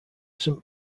saint